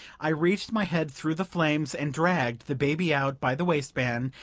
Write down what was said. i reached my head through the flames and dragged the baby out by the waist-band,